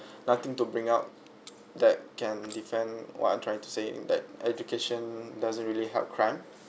nothing to bring up that can defend what I'm trying to say in that education doesn't really help crime